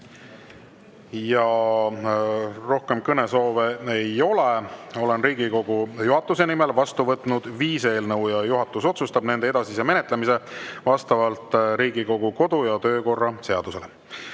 Rohkem kõnesoove ei ole. Olen Riigikogu juhatuse nimel vastu võtnud viis eelnõu. Juhatus otsustab nende edasise menetlemise vastavalt Riigikogu kodu‑ ja töökorra seadusele.